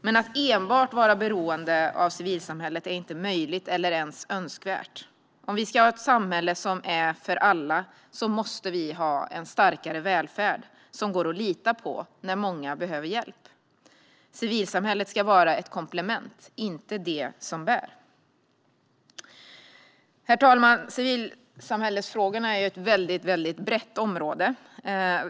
Men att enbart vara beroende av civilsamhället är inte möjligt eller ens önskvärt. Om vi ska ha ett samhälle som är för alla måste vi ha en starkare välfärd som går att lita på när många behöver hjälp. Civilsamhället ska vara ett komplement, inte det som bär. Herr talman! Civilsamhällesfrågorna är ett brett område.